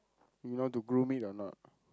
you know how to groom it or not